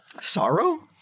Sorrow